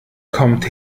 kommt